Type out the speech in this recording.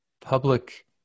public